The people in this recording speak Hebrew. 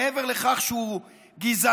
מעבר לכך שהוא גזעני,